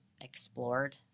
explored